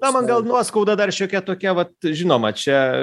na man gal nuoskauda dar šiokia tokia vat žinoma čia